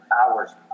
hours